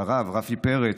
הרב רפי פרץ,